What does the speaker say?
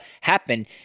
happen